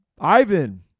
Ivan